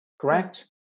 Correct